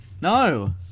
No